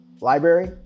library